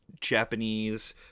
Japanese